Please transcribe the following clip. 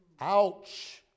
Ouch